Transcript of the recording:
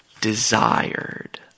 desired